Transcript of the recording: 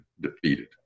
defeated